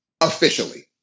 officially